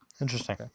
Interesting